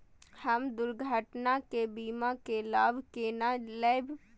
हम दुर्घटना के बीमा के लाभ केना लैब?